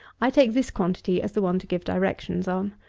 i take this quantity as the one to give directions on.